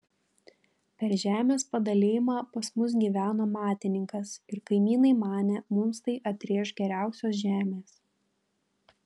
per žemės padalijimą pas mus gyveno matininkas ir kaimynai manė mums tai atrėš geriausios žemės